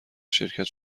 شرکت